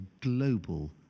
global